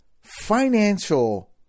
Financial